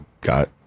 got